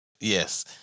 Yes